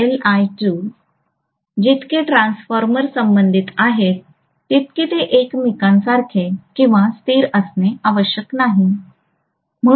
Ll1 Ll2 जितके transformer संबंधित आहे तितके ते एकमेकांसारखे किंवा स्थिर असणे आवश्यक नाही